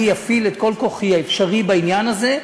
אני אפעיל את כל כוחי האפשרי בעניין הזה,